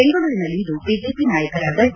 ಬೆಂಗಳೂರಿನಲ್ಲಿಂದು ಬಿಜೆಪಿ ನಯಕರಿಂದ ಡಿ